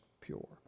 pure